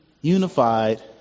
unified